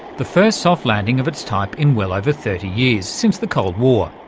the first soft landing of its type in well over thirty years since the cold war.